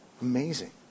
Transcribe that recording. Amazing